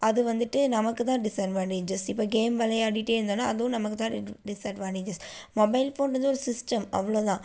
அது வந்துட்டு நமக்குதான் டிஸ்அட்வான்டேஜஸ் இப்போ கேம் விளையாடிட்டே இருந்தோம்னா அதுவும் நமக்குத்தான் டிஸ்அட்வான்டேஜஸ் மொபைல் ஃபோன் வந்து ஒரு சிஸ்டம் அவ்வளோதான்